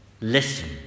listen